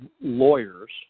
lawyers